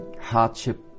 Hardship